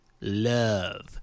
love